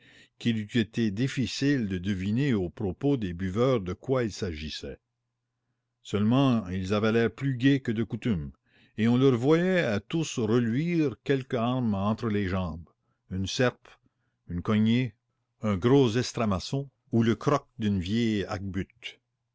qu'il eût été difficile de deviner aux propos des buveurs de quoi il s'agissait seulement ils avaient l'air plus gai que de coutume et on leur voyait à tous reluire quelque arme entre les jambes une serpe une cognée un gros estramaçon ou le croc d'une vieille